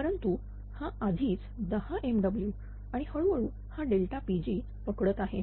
परंतु हा आधीच 10 MW आणि हळूहळू हाPg पकडत आहे